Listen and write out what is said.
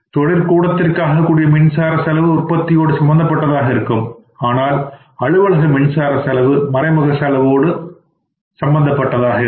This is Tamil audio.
தொழில் கூடத்திற்காக கூடிய மின்சார செலவு உற்பத்தியோடு சம்பந்தப்பட்டதாக இருக்கும் ஆனால் அலுவலக மின்சார செலவு மறைமுகமான செலவாகவே இருக்கும்